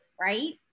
right